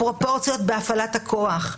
הפרופורציות בהפעלת הכוח,